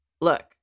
look